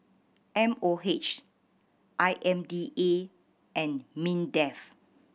M O H I M D A and MINDEF